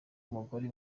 umugore